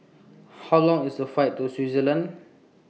How Long IS The Flight to Switzerland